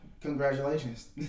congratulations